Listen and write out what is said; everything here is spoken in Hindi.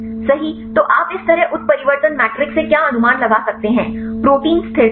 सही तो आप इस तरह उत्परिवर्तन मैट्रिक्स से क्या अनुमान लगा सकते हैं प्रोटीन स्थिरता की